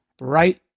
right